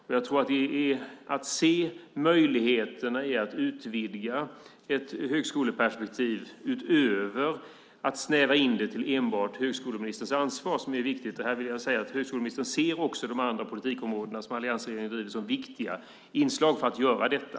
Det handlar om att se möjligheterna i att utvidga ett högskoleperspektiv, utöver att snäva in det till enbart högskoleministerns ansvar, som är viktigt. Jag vill säga att högskoleministern också ser de andra politikområdena som alliansregeringen anser vara viktiga inslag för att göra detta.